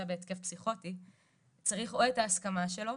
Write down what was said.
בהתקף פסיכוטי צריך או את ההסכמה שלו,